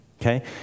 Okay